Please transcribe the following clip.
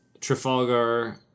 Trafalgar